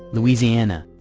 louisiana,